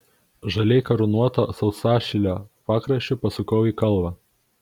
žaliai karūnuoto sausašilio pakraščiu pasukau į kalvą